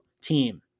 team